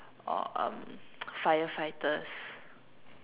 or um firefighters